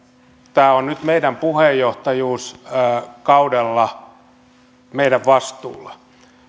tämä on nyt meidän puheenjohtajuuskaudellamme meidän vastuullamme